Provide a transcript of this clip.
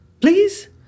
please